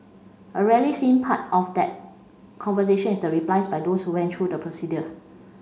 a rarely seen part of that conversation is the replies by those who went through the procedure